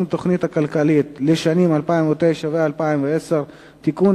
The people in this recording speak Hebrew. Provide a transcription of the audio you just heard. התוכנית הכלכלית לשנים 2009 ו-2010) (תיקון,